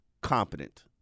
competent